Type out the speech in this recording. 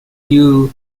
few